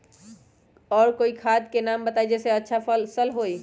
और कोइ खाद के नाम बताई जेसे अच्छा फसल होई?